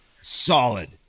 solid